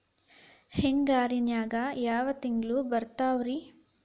ಹಿಂಗಾರಿನ್ಯಾಗ ಯಾವ ತಿಂಗ್ಳು ಬರ್ತಾವ ರಿ?